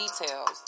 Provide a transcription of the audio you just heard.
details